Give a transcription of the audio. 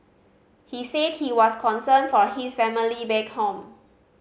he said he was concerned for his family back home